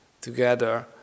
together